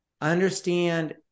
understand